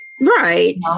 right